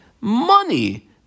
money